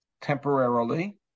temporarily